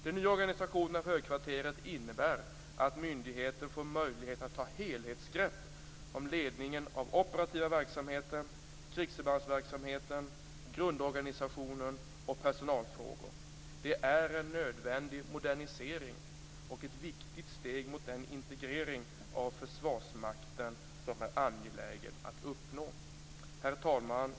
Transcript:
Den nya organisationen av högkvarteret innebär att myndigheten får möjlighet att ta ett helhetsgrepp om ledningen av operativa verksamheten, krigsförbandsverksamheten, grundorganisationen och personalfrågor. Det är en nödvändig modernisering och ett viktigt steg mot den integrering av Försvarsmakten som är angelägen att uppnå. Herr talman!